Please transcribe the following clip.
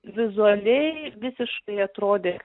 vizualiai visiškai atrodė